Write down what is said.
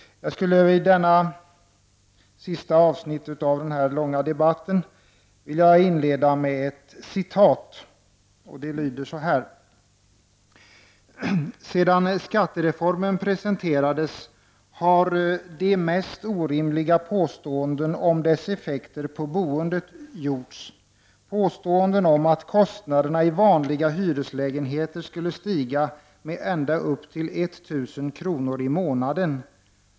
Jag skulle vid detta sista avsnitt av den långa debatten vilja inleda med ett citat, som lyder så här: ''Sedan skattereformen presenterades har de mest orimliga påståenden om dess effekter på boendet gjorts. Påståenden om att kostnaderna i vanliga hyreslägenheter skulle stiga med ända upp till 1 000 kr. i månaden.